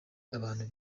abantu